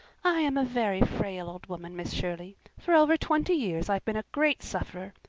i am a very frail old woman, miss shirley. for over twenty years i've been a great sufferer.